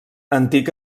antic